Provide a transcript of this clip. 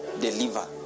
deliver